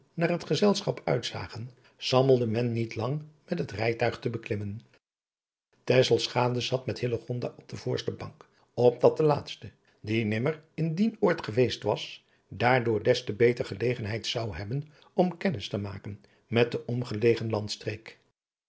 naar het gezelschap uitzagen sammelde men niet lang met het rijtuig te beklimmen tesselschade zat met hillegonda op de voorste bank opdat de laatste die nimmer in dien oord geweest was daardoor des te beter gelegenheid zou hebben om kennis te maken met de omgelegen